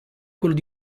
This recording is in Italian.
quello